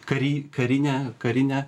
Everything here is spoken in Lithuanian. kari karine karine